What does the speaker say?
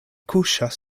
kuŝas